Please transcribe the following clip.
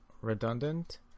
redundant